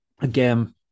again